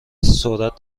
سرعت